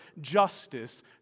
justice